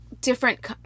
different